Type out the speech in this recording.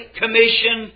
commission